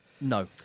No